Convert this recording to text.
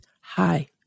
hi